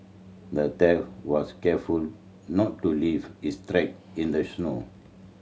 the thief was careful not to leave his track in the snow